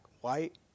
white